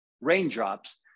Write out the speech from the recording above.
raindrops